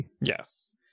Yes